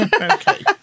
Okay